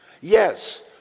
Yes